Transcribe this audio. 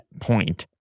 point